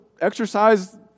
exercise